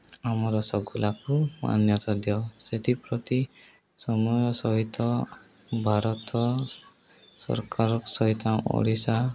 ଆମର ରସଗୁଲାକୁ ମାନ୍ୟତା ଦିଅ ସେଥିପ୍ରତି ସମୟ ସହିତ ଭାରତ ସରକାରଙ୍କ ସହିତ ଓଡ଼ିଶା